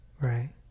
right